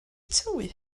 tywydd